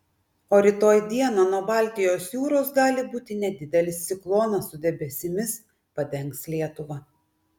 o rytoj dieną nuo baltijos jūros gali būti nedidelis ciklonas su debesimis padengs lietuvą